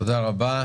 תודה רבה.